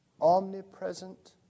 omnipresent